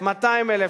200,000,